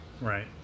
Right